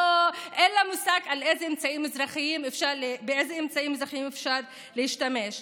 אין לה מושג באיזה אמצעים אפשר להשתמש,